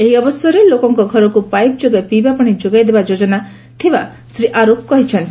ଏହି ଅବସରରେ ଲୋକଙ୍କ ଘରକୁ ପାଇପ ଯୋଗେ ପିଇବା ପାଶି ଯୋଗାଇଦେବା ଯୋଜନା ଚାଲିଥିବା ଶ୍ରୀ ଆରୁଖ ସୂଚନା ଦେଇଛନ୍ତି